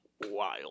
wild